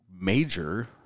major